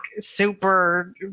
super